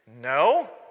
No